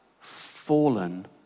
fallen